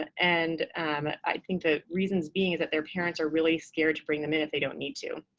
and i think the reasons being is that their parents are really scared to bring them in if they don't need to.